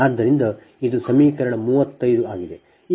ಆದ್ದರಿಂದ ಇದು ಸಮೀಕರಣ 35 ಆಗಿದೆ